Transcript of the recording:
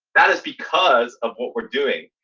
that is because of what we're doing.